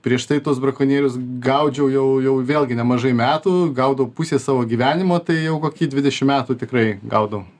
prieš tai tuos brakonierius gaudžiau jau jau vėlgi nemažai metų gaudau pusė savo gyvenimo tai jau kokį dvidešim metų tikrai gaudau